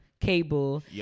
Cable